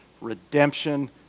redemption